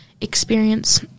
experience